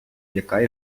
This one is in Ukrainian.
яка